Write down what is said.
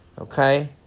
okay